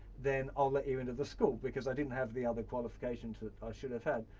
then i'll let you into the school, because i didn't have the other qualifications that i should have had.